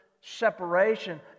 separation